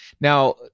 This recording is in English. Now